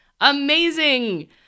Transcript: amazing